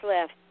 left